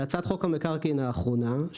בהצעת חוק המקרקעין האחרונה,